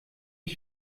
ich